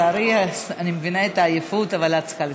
לצערי, אני מבינה את העייפות, אבל את צריכה לסכם.